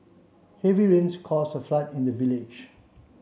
heavy rains cause a flood in the village